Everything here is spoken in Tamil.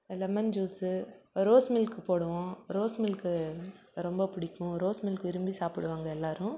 லெமன் ஜூஸு ரோஸ் மில்க்கு போடுவோம் ரோஸ் மில்க்கு ரொம்ப பிடிக்கும் ரோஸ் மில்க்கு விரும்பி சாப்பிடுவாங்க எல்லோரும்